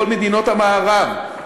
בכל מדינות המערב,